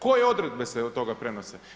Koje odredbe se od toga prenose?